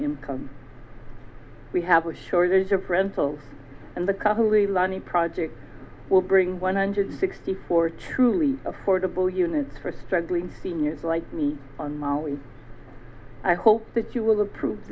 income we have a shortage of rental and the couple real any project will bring one hundred sixty four truly affordable units for struggling seniors like me on maui i hope that you will approve